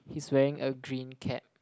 he's wearing a green cap